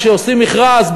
כשעושים מכרז,